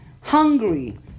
hungry